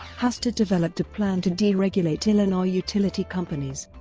hastert developed a plan to deregulate illinois utility companies.